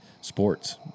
sports